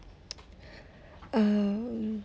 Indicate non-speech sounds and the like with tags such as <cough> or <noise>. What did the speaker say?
<noise> <breath> um